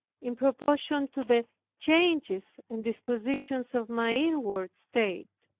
in proportion to the changes and dispositions of my inward state.